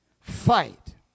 fight